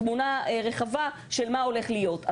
תמונה רחבה של מה הולך להיות.